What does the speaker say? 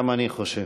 גם אני חושב.